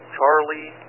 Charlie